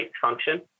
function